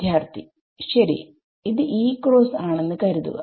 വിദ്യാർത്ഥി ശരി ഇത് ഇ ക്രോസ്സ് ആണെന്ന് കരുതുക